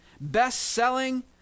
best-selling